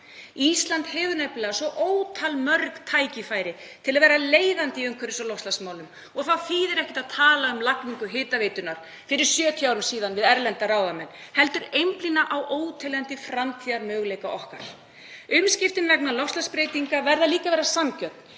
Ísland hefur nefnilega svo ótal mörg tækifæri til að vera leiðandi í aðgerðum í umhverfis- og loftslagsmálum og þá þýðir ekki að tala um lagningu hitaveitunnar fyrir rúmum 70 árum síðan við erlenda ráðamenn, heldur horfa á óteljandi framtíðarmöguleika okkar. Umskiptin vegna loftslagsbreytinga verða líka að vera sanngjörn.